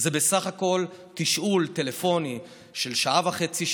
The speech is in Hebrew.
זה בסך הכול תשאול טלפוני של שעה וחצי,